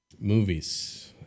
Movies